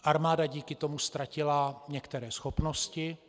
Armáda díky tomu ztratila některé schopnosti.